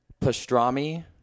Pastrami